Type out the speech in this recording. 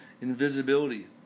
invisibility